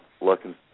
Looking